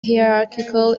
hierarchical